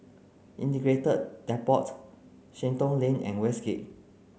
Integrated Depot Shenton Lane and Westgate